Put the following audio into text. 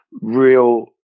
real